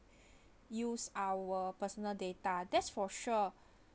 use our personal data that's for sure